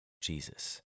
Jesus